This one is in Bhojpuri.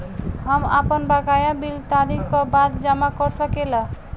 हम आपन बकाया बिल तारीख क बाद जमा कर सकेला?